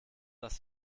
das